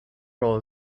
role